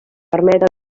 permet